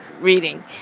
reading